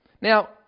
Now